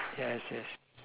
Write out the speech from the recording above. yes yes